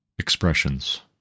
expressions